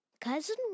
Cousin